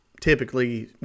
typically